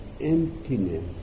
emptiness